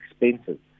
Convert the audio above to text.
expenses